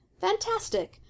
Fantastic